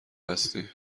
هستیم